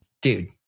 dude